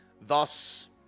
thus